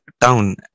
town